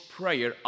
prayer